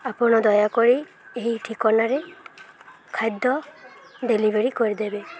ଆପଣ ଦୟାକରି ଏହି ଠିକଣାରେ ଖାଦ୍ୟ ଡେଲିଭରି କରିଦେବେ